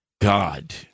God